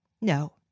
No